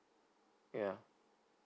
ya